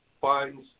finds